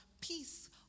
peace